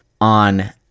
on